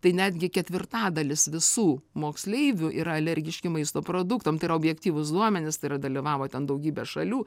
tai netgi ketvirtadalis visų moksleivių yra alergiški maisto produktam tai yra objektyvūs duomenys tai yra dalyvavo ten daugybė šalių